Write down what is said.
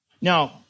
now